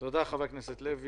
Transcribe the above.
תודה, ח"כ לוי.